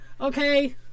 okay